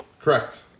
Correct